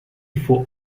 faut